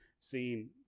seen